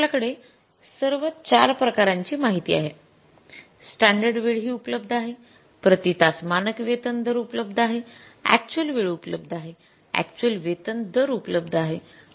आता आपल्याकडे सर्व ४ प्रकारची माहिती आहे स्टॅंडर्ड वेळ हि उपलब्ध आहे प्रति तास मानक वेतन दर उपलब्ध आहेअक्चुअल वेळ उपलब्ध आहे अक्चुअल वेतन दर उपलब्ध आहे